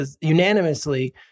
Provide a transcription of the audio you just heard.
unanimously